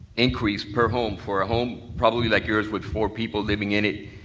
increase per home for a home probably like yours with four people living in it,